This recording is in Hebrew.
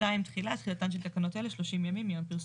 2 תחילת החלתן של תקנות אלה שלושים ימים מיום פרסומם.